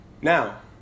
Now